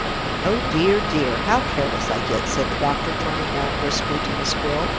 oh dear, dear, how careless i get, said the doctor, turning round briskly to miss gwilt.